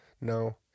No